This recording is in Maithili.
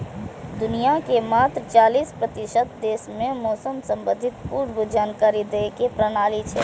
दुनिया के मात्र चालीस प्रतिशत देश मे मौसम संबंधी पूर्व जानकारी दै के प्रणाली छै